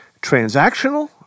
transactional